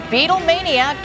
Beatlemania